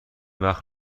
وقت